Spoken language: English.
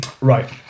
Right